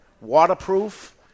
waterproof